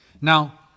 Now